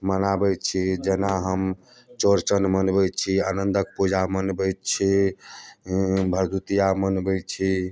मनाबैत छी जेना हम चौरचन मनबैत छी आनन्दक पूजा मनबैत छी भरदुतिआ मनबैत छी